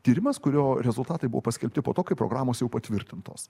tyrimas kurio rezultatai buvo paskelbti po to kai programos jau patvirtintos